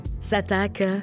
s'attaque